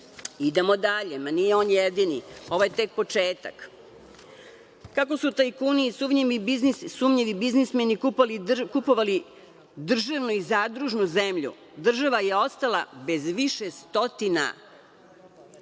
Idemo dalje, nije on jedini. Ovo je tek početak. Kako su tajkuni i sumnjivi biznismeni kupovali državnu i zadružnu zemlju, država je ostala bez više stotina